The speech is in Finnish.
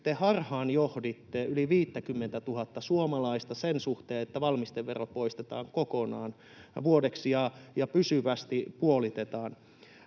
te harhaanjohditte yli 50 000:ta suomalaista sen suhteen, että valmistevero poistetaan kokonaan vuodeksi ja puolitetaan